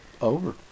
over